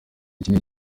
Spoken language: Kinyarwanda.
kinini